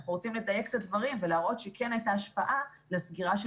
אנחנו רוצים לדייק את הדברים ולהראות שכן הייתה השפעה לסגירה של